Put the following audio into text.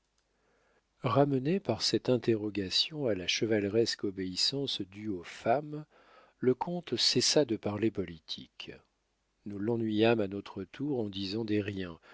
ramené par cette interrogation à la chevaleresque obéissance due aux femmes le comte cessa de parler politique nous l'ennuyâmes à notre tour en disant des riens